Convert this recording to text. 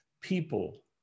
people